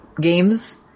games